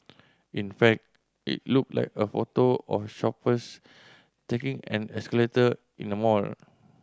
in fact it looked like a photo of shoppers taking an escalator in a mall